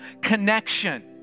connection